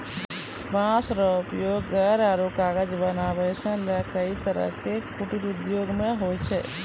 बांस के उपयोग घर आरो कागज बनावै सॅ लैक कई तरह के कुटीर उद्योग मॅ होय छै